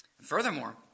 Furthermore